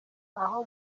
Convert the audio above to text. aho